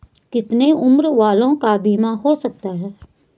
कितने उम्र वालों का बीमा हो सकता है?